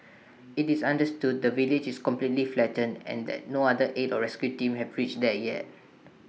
IT is understood the village is completely flattened and that no other aid or rescue teams have reached there yet